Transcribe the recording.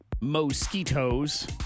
mosquitoes